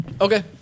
Okay